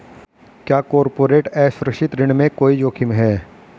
क्या कॉर्पोरेट असुरक्षित ऋण में कोई जोखिम है?